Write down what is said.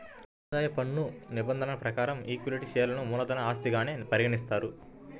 ఆదాయ పన్ను నిబంధనల ప్రకారం ఈక్విటీ షేర్లను మూలధన ఆస్తిగానే పరిగణిస్తారు